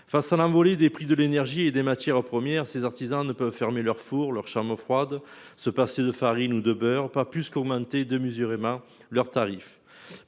Face à l'envolée des prix de l'énergie et des matières premières, ces artisans ne peuvent fermer leur four leur charme froide se passer de farines ou de beurre, pas plus commenté de mesurer ma leurs tarifs